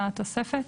התוספת?